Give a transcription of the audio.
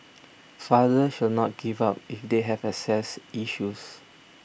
fathers should not give up if they have access issues